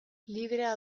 librea